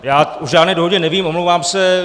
Já o žádné dohodě nevím, omlouvám se.